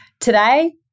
Today